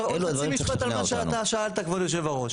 עוד חצי משפט על מה שאתה שאלת, כבוד היושב-ראש.